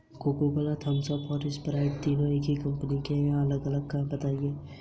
Checking खाते का मिलान करते समय बकाया चेक कितने होने चाहिए?